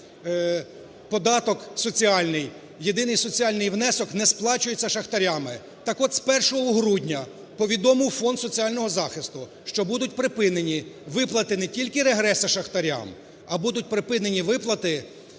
фінансується податок соціальний, єдиний соціальний внесок не сплачується шахтарями. Так от з 1 грудня повідомив Фонд соціального захисту, що будуть припинені виплати не тільки регресу шахтарям, а будуть припинені виплати